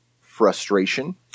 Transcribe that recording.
frustration